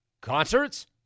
Concerts